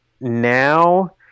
now